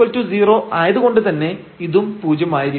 y0 ആയതു കൊണ്ട് തന്നെ ഇതും പൂജ്യമായിരിക്കും